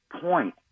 point